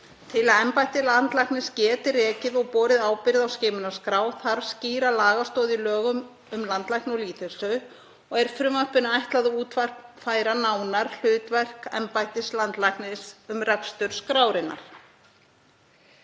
Til að embætti landlæknis geti rekið og borið ábyrgð á skimunarskrá þarf skýra lagastoð í lögum um landlækni og lýðheilsu og er frumvarpinu ætlað að útfæra nánar hlutverk embættis landlæknis um rekstur skrárinnar.